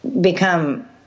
become